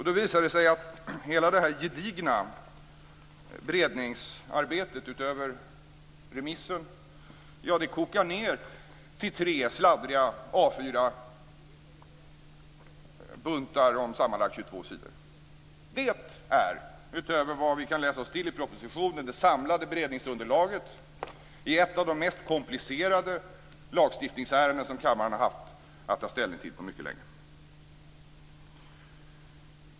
Det visar sig att hela det gedigna beredningsarbetet, utöver remissen, kokar ned till tre sladdriga A4 buntar om sammanlagt 22 sidor. Det är, utöver vad vi kan läsa oss till i propositionen, det samlade beredningsunderlaget i ett av de mest komplicerade lagstiftningsärenden som kammaren har haft att ta ställning till på mycket länge.